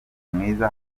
mwiza